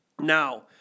Now